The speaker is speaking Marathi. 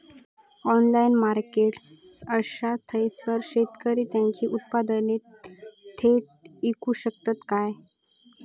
ऑनलाइन मार्केटप्लेस असा थयसर शेतकरी त्यांची उत्पादने थेट इकू शकतत काय?